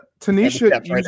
Tanisha